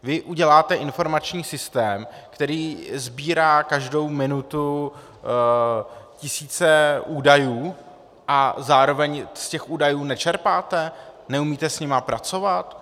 Vy uděláte informační systém, který sbírá každou minutu tisíce údajů, a zároveň z těch údajů nečerpáte, neumíte s nimi pracovat?